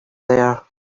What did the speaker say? there